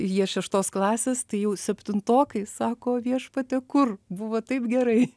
jie šeštos klasės tai jau septintokai sako o viešpatie kur buvo taip gerai